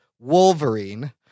Wolverine